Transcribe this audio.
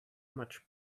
much